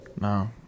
No